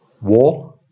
war